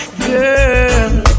girl